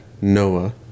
Noah